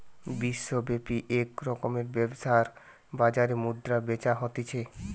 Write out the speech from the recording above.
বিশ্বব্যাপী এক রকমের ব্যবসার বাজার মুদ্রা বেচা হতিছে